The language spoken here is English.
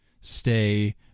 stay